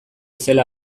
zela